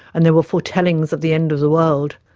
and there were foretellings of the end of the world.